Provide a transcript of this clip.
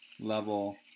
level